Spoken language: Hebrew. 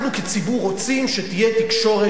אנחנו כציבור רוצים שתהיה תקשורת,